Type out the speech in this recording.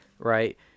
right